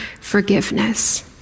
forgiveness